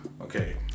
Okay